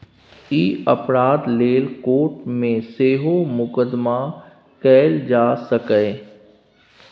ई अपराध लेल कोर्ट मे सेहो मुकदमा कएल जा सकैए